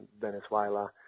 Venezuela